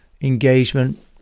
engagement